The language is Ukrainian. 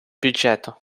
бюджету